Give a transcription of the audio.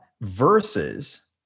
Versus